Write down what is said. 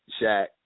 Shaq